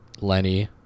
Lenny